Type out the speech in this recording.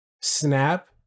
snap